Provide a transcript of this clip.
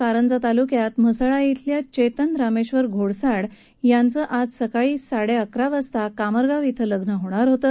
कारंजा तालुक्यात म्हसला क्विले चेतन रामेश्वर घोडसाड यांच आज सकाळी साडेआकरा वाजता कामरगाव क्वि लग्न होणार होतं